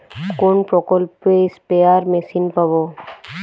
কোন প্রকল্পে spare machine পাব?